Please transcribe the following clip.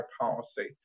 policy